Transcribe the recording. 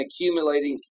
accumulating